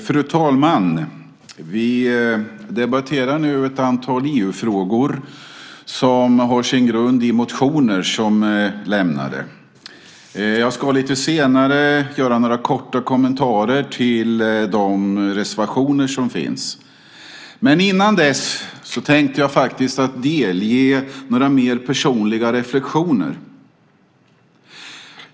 Fru talman! Vi debatterar nu ett antal EU-frågor som har sin grund i motioner som har väckts. Jag ska lite senare göra några korta kommentarer till de reservationer som finns. Men innan dess tänkte jag delge några mer personliga reflexioner.